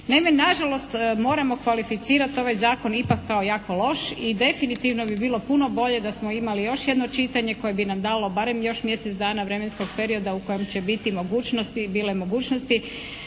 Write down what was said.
Naime, na žalost moramo kvalificirati ovaj Zakon ipak kao jako loš i definitivno bi bilo puno bolje da smo imali još jedno čitanje koje bi nam dalo barem još mjesec dana vremenskog perioda u kojem će biti mogućnosti, bile mogućnosti